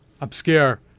obscure